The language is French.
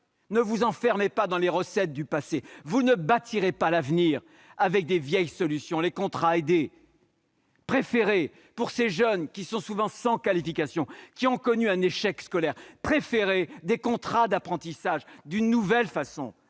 ne vous enfermez pas dans les recettes du passé, car vous ne bâtirez pas l'avenir avec de vieilles solutions, telles que des contrats aidés. Pour des jeunes qui sont souvent sans qualification, qui ont connu un échec scolaire, préférez des contrats d'apprentissage de nouvelle